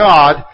God